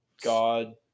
God